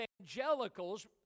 evangelicals